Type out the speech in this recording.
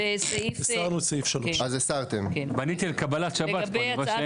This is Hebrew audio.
הסרנו את סעיף 3. בניתם קבלת שבת פה.